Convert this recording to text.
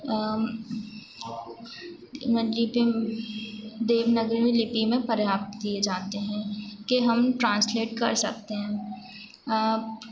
देवनागरी में लिपि में पर्याप्त किए जाते हैं के हम ट्रांसलेट कर सकते हैं